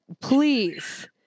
Please